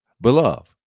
beloved